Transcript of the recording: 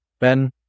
Ben